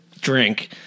drink